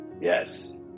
Yes